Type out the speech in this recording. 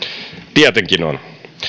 tietenkin on